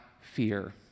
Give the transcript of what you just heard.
fear